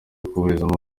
kuburizamo